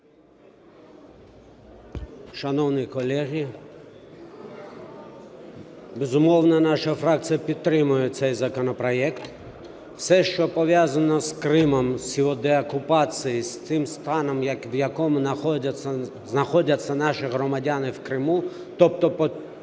Шановні колеги, безумовно, наша фракція підтримує цей законопроект. Все, що пов'язано з Кримом, з його деокупацією, з тим станом, в якому знаходяться наші громадяни в Криму, тобто під